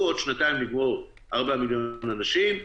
ובעוד שנתיים נגמור ארבעה מיליון אנשים,